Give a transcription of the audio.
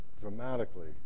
dramatically